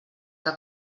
que